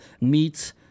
meets